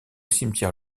cimetière